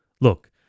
Look